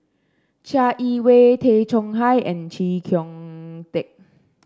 Chai Yee Wei Tay Chong Hai and Chee Kong Tet